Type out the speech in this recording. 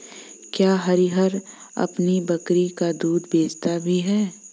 क्या हरिहर अपनी बकरी का दूध बेचता भी है?